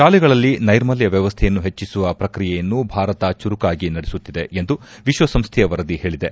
ಶಾಲೆಗಳಲ್ಲಿ ನೈರ್ಮಲ್ಯ ವ್ಯವಸ್ಥೆಯನ್ನು ಹೆಚ್ಚಿಸುವ ಪ್ರಕ್ರಿಯೆಯನ್ನು ಭಾರತ ಚುರುಕಾಗಿ ನಡೆಸುತ್ತಿದೆ ಎಂದು ವಿಶ್ವಸಂಸ್ಥೆಯ ವರದಿ ಹೇಳಿದೆ